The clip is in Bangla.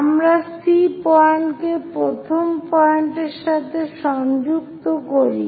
আমরা C পয়েন্টকে প্রথম পয়েন্টের সাথে সংযুক্ত করি